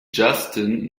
justin